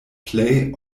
plej